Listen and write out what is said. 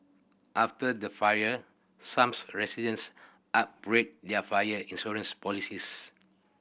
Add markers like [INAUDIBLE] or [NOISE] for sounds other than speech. after the fire some [UNINTELLIGIBLE] residents upgraded their fire insurance policies